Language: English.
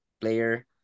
player